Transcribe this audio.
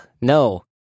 no